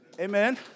Amen